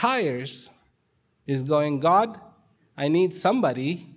tires is going god i need somebody